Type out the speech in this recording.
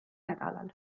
nädalal